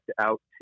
out